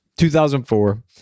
2004